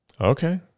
Okay